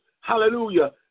hallelujah